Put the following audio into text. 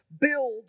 build